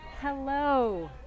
Hello